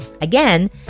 Again